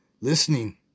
Listening